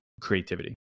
creativity